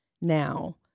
now